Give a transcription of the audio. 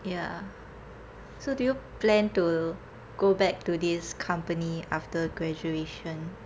ya so do you plan to go back to this company after graduation